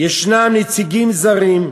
יש נציגים זרים,